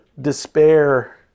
despair